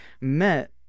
met